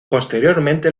posteriormente